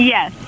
Yes